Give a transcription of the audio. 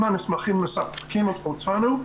אם המסמכים מספקים אותנו,